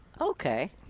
Okay